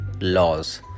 laws